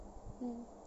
mm